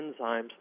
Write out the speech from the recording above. enzymes